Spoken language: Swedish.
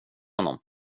honom